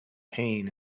pain